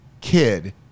kid